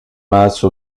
masse